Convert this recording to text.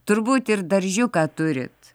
turbūt ir daržiuką turit